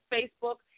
Facebook